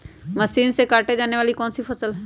Machine से काटे जाने वाली कौन सी फसल है?